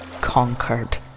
conquered